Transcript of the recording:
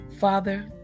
Father